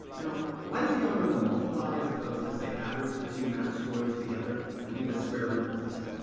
now, why does the algorithm multiply, as opposed to, say, average the two match scores together, and do the square-root business?